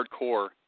hardcore